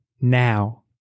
now